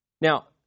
Now